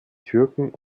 türken